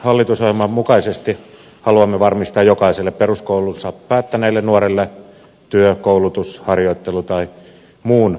hallitusohjelman mukaisesti haluamme varmistaa jokaiselle peruskoulunsa päättäneelle nuorelle työ koulutus harjoittelu tai muun aktivointitoimen